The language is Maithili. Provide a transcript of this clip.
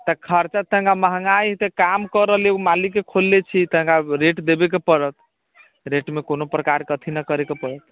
तऽ खर्चा तऽ महँगाइ तऽ काम कर रहली ओ मालिक खोलने छी तऽ रेट देबयके पड़त रेटमे कोनो प्रकारके अथि न करयके पड़त